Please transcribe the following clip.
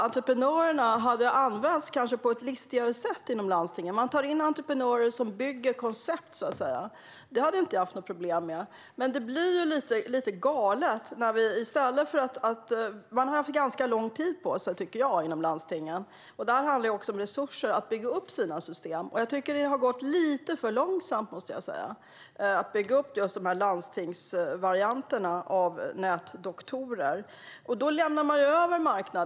Entreprenörerna hade kanske kunnat användas på ett listigare sätt inom landstingen. Man hade kunnat ta in entreprenörer som bygger koncept, så att säga. Det hade jag inte haft något problem med. Men det blir ju lite galet. Jag tycker att man har haft ganska lång tid på sig inom landstingen - det handlar också om resurser - för att bygga upp sina system. Jag tycker att det har gått lite för långsamt, måste jag säga, att bygga upp just landstingsvarianterna av nätdoktorerna. Då lämnar man över marknaden.